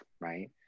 right